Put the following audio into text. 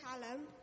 Callum